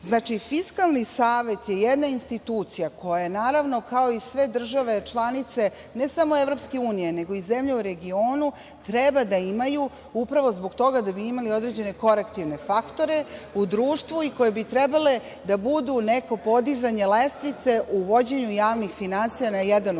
Fiskalni savet je jedna institucija koju, naravno, kao i sve države članice, ne samo EU, nego i zemlje u regionu, treba da imaju upravo zbog toga da bi imali određene korektivne faktore u društvu i koje bi trebale da budu neko podizanje lestvice u vođenju javnih finansija na jedan održiv